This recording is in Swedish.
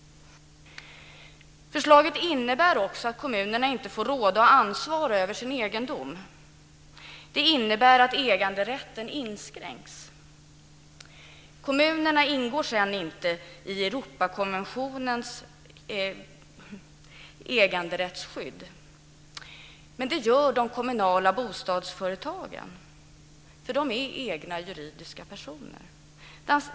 Förslaget innebär också att kommunerna inte får råda och ansvara över sin egendom. Det innebär att äganderätten inskränks. Kommunerna ingår sedan inte under Europakonventionens äganderättsskydd, men det gör de kommunala bostadsföretagen, för de är egna juridiska personer.